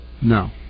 No